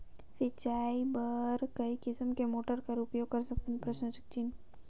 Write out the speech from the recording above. सिंचाई बर कई किसम के मोटर कर उपयोग करथन?